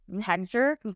texture